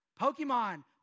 Pokemon